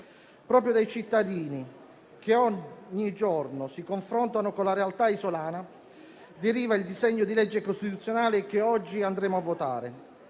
Proprio dai cittadini che ogni giorno si confrontano con la realtà isolana deriva il disegno di legge costituzionale che oggi andremo a votare.